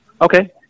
Okay